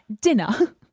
dinner